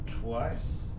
twice